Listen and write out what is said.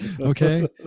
Okay